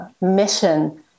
mission